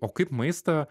o kaip maistą